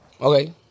Okay